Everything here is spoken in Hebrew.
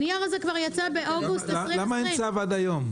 הנייר הזה יצא כבר באוגוסט 2020. למה אין צו עד היום?